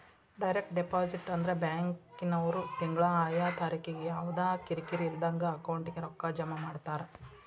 direct deposit ಅಂದ್ರ ಬ್ಯಾಂಕಿನ್ವ್ರು ತಿಂಗ್ಳಾ ಆಯಾ ತಾರಿಕಿಗೆ ಯವ್ದಾ ಕಿರಿಕಿರಿ ಇಲ್ದಂಗ ಅಕೌಂಟಿಗೆ ರೊಕ್ಕಾ ಜಮಾ ಮಾಡ್ತಾರ